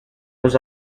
was